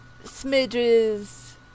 Smidge's